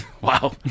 Wow